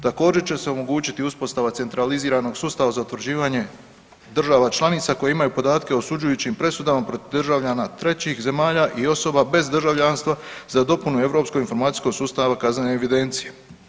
Također će se omogućiti uspostava centraliziranog sustava za utvrđivanje država članica koje imaju podatke o osuđujućim presudama protiv državljana trećih zemalja i osoba bez državljanstva za dopunu europskog informacijskog sustava kaznene evidencije.